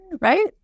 right